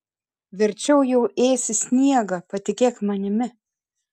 verčiau jau ėsi sniegą patikėk manimi